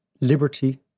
liberty